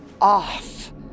off